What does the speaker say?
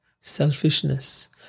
selfishness